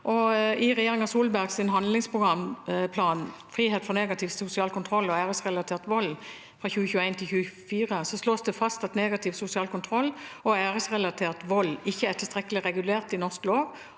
I regjeringen Solbergs handlingsplan Frihet fra negativ sosial kontroll og æresrelatert vold (2021–2024) slås det fast at negativ sosial kontroll og æresrelatert vold ikke er tilstrekkelig regulert i norsk lov